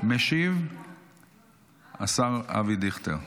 משיב השר אבי דיכטר.